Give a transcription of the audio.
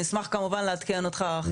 נשמח כמובן לעדכן אותך.